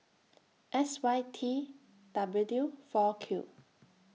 S Y T W four Q